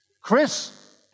Chris